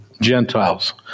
Gentiles